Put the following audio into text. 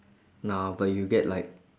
nah but you get like